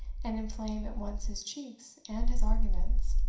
and inflame at once his cheeks and his arguments.